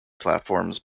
platforms